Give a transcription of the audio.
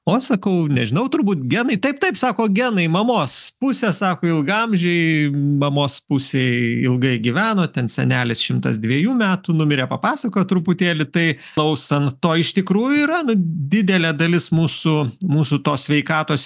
o sakau nežinau turbūt genai taip taip sako genai mamos pusė sako ilgaamžiai mamos pusėj ilgai gyveno ten senelis šimtas dviejų metų numirė papasakojo truputėlį tai klausant to iš tikrųjų yra nu didelė dalis mūsų mūsų tos sveikatos